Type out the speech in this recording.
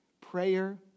prayer